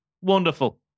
Wonderful